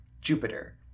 Jupiter